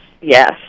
Yes